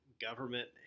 government